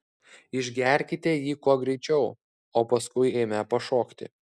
išgerkite jį kuo greičiau o paskui eime pašokti